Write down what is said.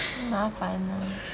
so 麻烦 [one]